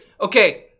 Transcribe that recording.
okay